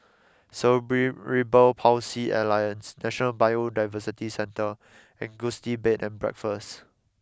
Cerebral Palsy Alliance National Biodiversity Centre and Gusti Bed and Breakfast